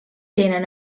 tenen